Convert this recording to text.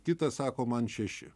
kitas sako man šeši